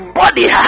body